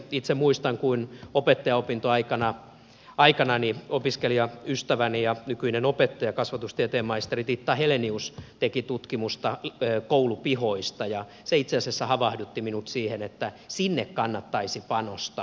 itse muistan kun opettajaopintoaikanani opiskelijaystäväni ja nykyinen opettaja kasvatustieteen maisteri titta helenius teki tutkimusta koulupihoista ja se itse asiassa havahdutti minut siihen että sinne kannattaisi panostaa